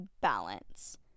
balance